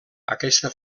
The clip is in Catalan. aquesta